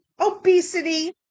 obesity